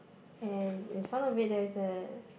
and in front of it there is a